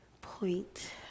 point